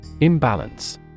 Imbalance